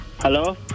Hello